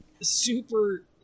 super